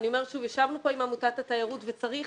אני אומרת שוב שישבנו כאן עם עמותת התיירות וצריך